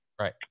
right